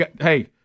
hey